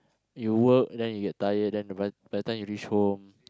you work then you get tired then by by the time you reach home